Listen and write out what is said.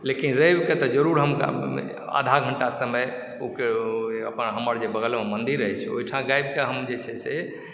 लेकिन रविकेँ तऽ जरूर हम आधा घंटा समय हमर जे बगलमे मंदिर अछि ओहिठाम हम गाबिकेँ जे छै से